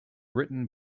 written